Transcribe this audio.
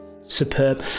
superb